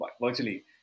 virtually